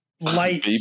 light